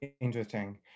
Interesting